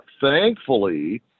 thankfully